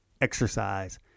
exercise